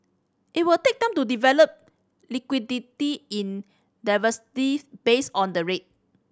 it will take time to develop liquidity in based on the rate